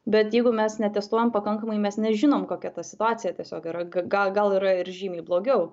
bet jeigu mes netestuojam pakankamai mes nežinom kokia ta situacija tiesiog yra gal gal yra ir žymiai blogiau